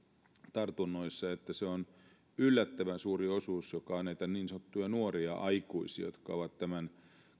tartunnoissa että yllättävän suuri osuus on näitä niin sanottuja nuoria aikuisia jotka ovat tämän